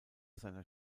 seiner